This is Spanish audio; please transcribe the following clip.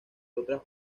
otras